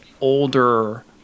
older